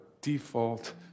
default